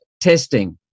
testing